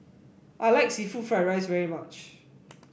I like seafood Fried Rice very much